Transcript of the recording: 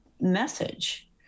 message